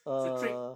it's a trick